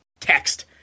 text